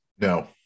No